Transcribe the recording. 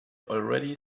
already